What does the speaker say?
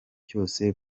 cyose